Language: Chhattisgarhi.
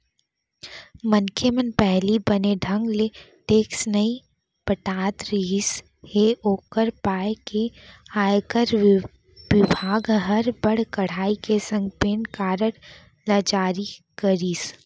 मनखे मन पहिली बने ढंग ले टेक्स नइ पटात रिहिस हे ओकर पाय के आयकर बिभाग हर बड़ कड़ाई के संग पेन कारड ल जारी करिस